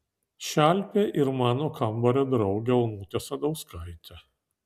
šelpė ir mano kambario draugę onutę sadauskaitę